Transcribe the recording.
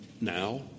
now